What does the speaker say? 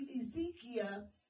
Ezekiel